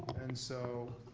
and so,